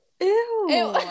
Ew